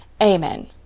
Amen